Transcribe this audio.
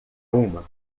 uma